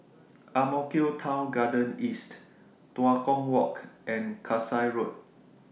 Ang Mo Kio Town Garden East Tua Kong Walk and Kasai Road